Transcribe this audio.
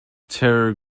terror